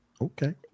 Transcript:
Okay